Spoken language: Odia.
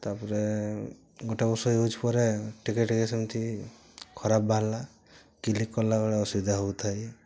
ତା'ପରେ ଗୋଟେ ବର୍ଷ ୟୁଜ୍ ପରେ ଟିକେ ଟିକେ ସେମତି ଖରାପ ବାହାରିଲା କ୍ଲିକ୍ଲ କଲା ବେଳେ ଅସୁବିଧା ହେଉଥାଏ